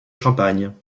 champagne